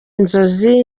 inzozi